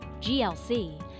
GLC